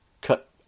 cut